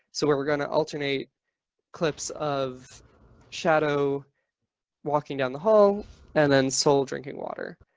so where we're going to alternate clips of shadow walking down the hall and then soul drinking water.